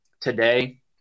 Today